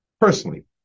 personally